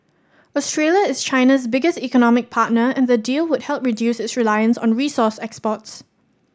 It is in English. Australia is China's biggest economic partner and the deal would help reduce its reliance on resource exports